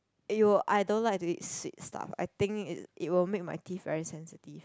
(aiyo) I don't like to eat sweet stuff I think it it will make my teeth very sensitive